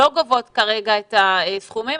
לא גובות כרגע את הסכומים.